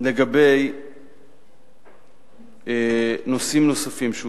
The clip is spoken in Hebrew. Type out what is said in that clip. לגבי נושאים נוספים שהוזכרו,